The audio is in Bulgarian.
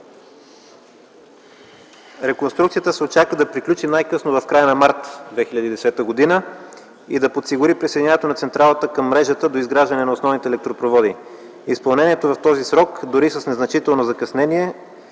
Реконструкцията се очаква да приключи най-късно в края на м. март 2010 г. и да подсигури присъединяването на централата към мрежата до изграждане на основните електропроводи. Изпълнението в този срок, дори и с незначително закъснение,